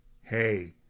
Hey